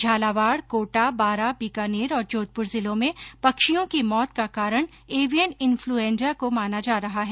झालावाड़ कोटा बारा बीकानेर और जोधपुर जिलों में पक्षियों की मौत का कारण एवियन इन्फ्लूएन्जा को माना जा रहा है